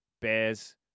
Bears